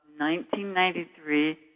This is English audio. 1993